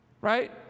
Right